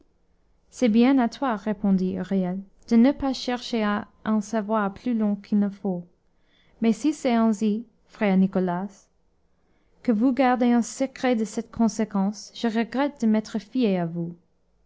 c'est bien à toi répondit huriel de ne pas chercher à en savoir plus long qu'il ne faut mais si c'est ainsi frère nicolas que vous gardez un secret de cette conséquence je regrette de m'être fié à vous